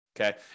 okay